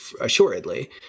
assuredly